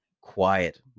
quiet